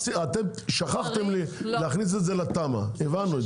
אתם שכחתם להכניס את זה לתמ"א, הבנו את זה.